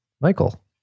Michael